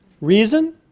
reason